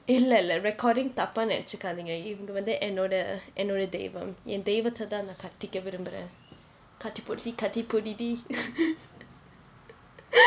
இல்லை இல்லை:illai illai recording தப்பா நினைச்சுக்காதீங்க இவங்க வந்து என்னோட என்னோட தெய்வம் என் தெய்வத்தை தான் கட்டிக்க விரும்புறேன் கட்டி புடி கட்டி புடிடி:thappaa ninaichukaathinga ivanga vanthu ennoda ennoda theivam en theivathai thaan kattikka virumburen katti pudi katti pudidi